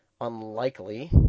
unlikely